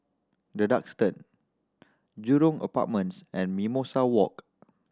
The Duxton Jurong Apartments and Mimosa Walk